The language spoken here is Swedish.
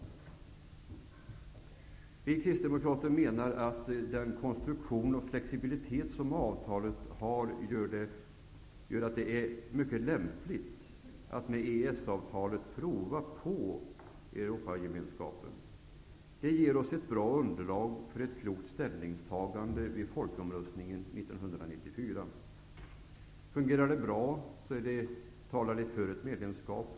Vi kristdemokrater menar att den konstruktion och flexibilitet som avtalet har gör att det är mycket lämpligt att med EES-avtalet prova på Europagemenskapen. Det ger oss ett bra underlag för ett klokt ställningstagande vid folkomröstningen 1994. Om det fungerar bra talar det för ett medlemskap.